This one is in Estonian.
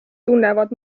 tunnevad